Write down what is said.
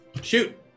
Shoot